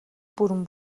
бүрэн